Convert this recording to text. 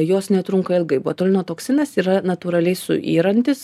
jos netrunka ilgai botulino toksinas yra natūraliai suyrantis